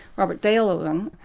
robert dale owen,